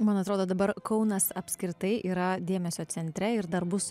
man atrodo dabar kaunas apskritai yra dėmesio centre ir dar bus